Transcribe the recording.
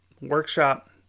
Workshop